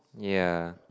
yeah